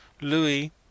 Louis